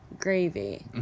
gravy